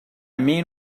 mean